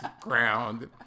ground